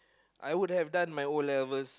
I would have done my O-levels